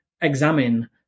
examine